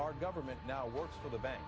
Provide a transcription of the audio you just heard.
our government now works for the ba